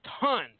tons